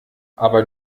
aber